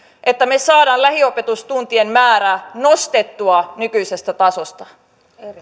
että me saamme lähiopetustuntien määrää nostettua nykyisestä tasosta